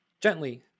Gently